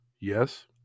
Yes